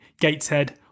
gateshead